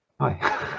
hi